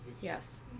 Yes